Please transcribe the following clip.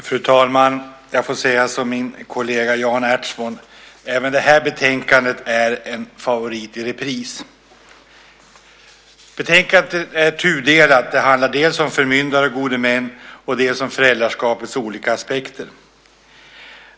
Fru talman! Jag får säga som min kollega Jan Ertsborn: Även detta betänkande är en favorit i repris. Betänkandet är tudelat. Det handlar dels om förmyndare och gode män, dels om föräldraskapets olika aspekter.